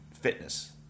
fitness